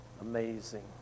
amazing